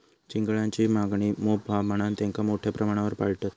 चिंगळांची मागणी मोप हा म्हणान तेंका मोठ्या प्रमाणावर पाळतत